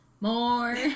more